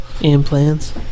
implants